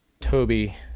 Toby